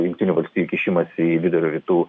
jungtinių valstijų kišimąsi į vidurio rytų